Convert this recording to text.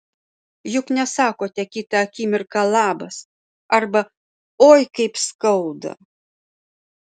juk nesakote kitą akimirką labas arba oi kaip skauda